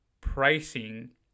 pricing